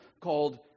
called